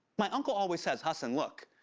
my uncle always says, hasan, look,